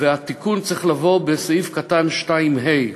והתיקון צריך לבוא בסעיף קטן (2)(ה)